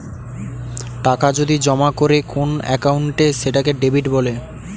টাকা যদি জমা করে কোন একাউন্টে সেটাকে ডেবিট বলে